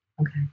okay